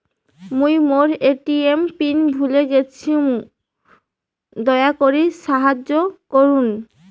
মুই মোর ATM PIN ভুলে গেইসু, দয়া করি সাহাইয্য করুন